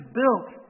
built